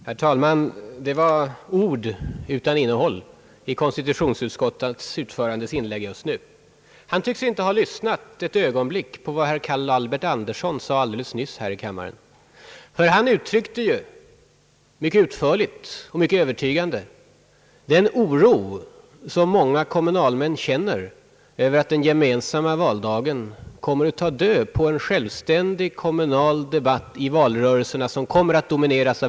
Herr talman! Det var ord utan innehåll i den replik som konstitutionsutskottets ordförande nu gav. Han tycks inte ha lyssnat ett ögonblick på vad herr Carl Albert Anderson sade alldeles nyss här i kammaren. Det inlägget uttryckte ju mycket övertygande och utförligt den oro som många kommunalmän känner för att den gemensamma valdagen skall ta död på en självständig kommunal debatt i valrörelserna.